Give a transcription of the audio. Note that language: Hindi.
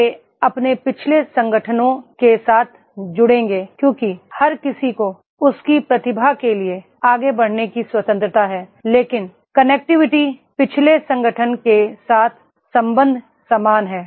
वे अपने पिछले संगठनों के साथ जुड़ेंगे क्योंकि हर किसी को उसकी प्रगति के लिए आगे बढ़ने की स्वतंत्रता है लेकिन कनेक्टिविटी पिछले संगठन के साथ संबंध समान है